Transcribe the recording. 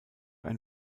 ein